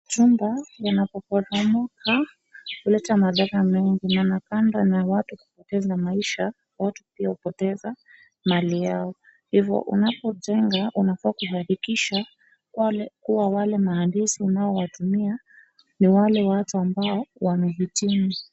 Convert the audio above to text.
Jumba linapoporomoka huleta madhara mengi na kando na watu kupoteza maisha watu pia hupoteza mali yao hivo unapojenga unafaa kuhakakisha kuwa wale mahandizi unaotumia ni wale watu ambao wamehitimu.